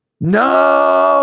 No